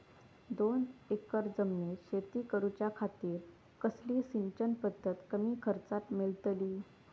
दोन एकर जमिनीत शेती करूच्या खातीर कसली सिंचन पध्दत कमी खर्चात मेलतली?